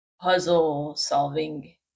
puzzle-solving